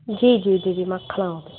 जी जी जी जी मां खणाव पेई